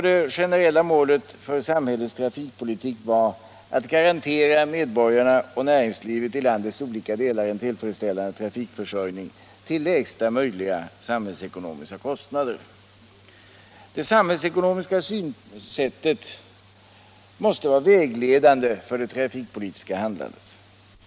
Det generella målet för samhällets trafikpolitik bör vara att garantera medborgarna och näringslivet i landets alla delar en tillfredsställande trafikförsörjning till lägsta möjliga samhällsekonomiska kostnader. Det samhällsekonomiska synsättet måste vara vägledande för det trafikpolitiska handlandet.